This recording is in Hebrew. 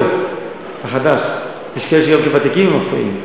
קורה, אתה חדש, יש כאלה שגם כוותיקים הם מפריעים,